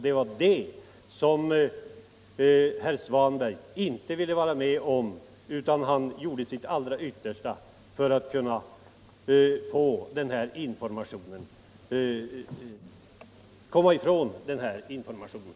Det var det som herr Svanberg inte ville vara med om, utan han gjorde sitt allra yttersta för att komma ifrån denna information.